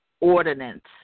ordinance